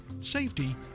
safety